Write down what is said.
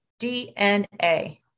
DNA